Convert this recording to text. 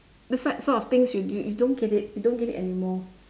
that's right these sort of things you you don't get it you don't get it anymore